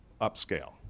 upscale